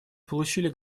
получили